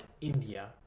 India